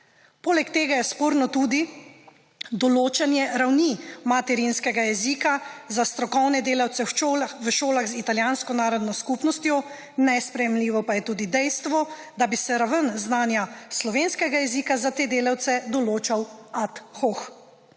Poleg tega je sporno tudi določanje ravni materinskega jezika za strokovne delavce v šolah z italijansko narodno skupnostjo, nesprejemljivo pa je tudi dejstvo, da bi se raven znanja slovenskega jezika za te delavce določala ad hoc.